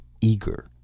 Eager